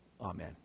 Amen